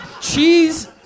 Cheese